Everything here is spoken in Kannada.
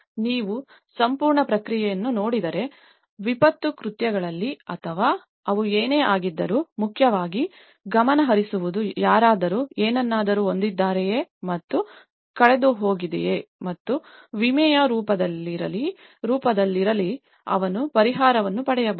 ನೀವು ಸಂಪೂರ್ಣ ಪ್ರಕ್ರಿಯೆಯನ್ನು ನೋಡಿದರೆ ವಿಪತ್ತು ಕೃತ್ಯಗಳಲ್ಲಿ ಅಥವಾ ಅವು ಏನೇ ಆಗಿದ್ದರೂ ಮುಖ್ಯವಾಗಿ ಗಮನಹರಿಸುವುದು ಯಾರಾದರೂ ಏನನ್ನಾದರೂ ಹೊಂದಿದ್ದಾರೆಯೇ ಮತ್ತು ಕಳೆದುಹೋಗಿದೆಯೇ ಮತ್ತು ವಿಮೆಯ ರೂಪದಲ್ಲಿರಲಿ ರೂಪದಲ್ಲಿರಲಿ ಅವನು ಪರಿಹಾರವನ್ನು ಪಡೆಯಬಹುದು